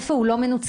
איפה הוא לא מנוצל,